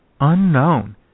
unknown